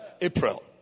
April